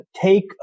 take